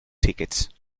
tickets